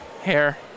hair